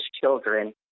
children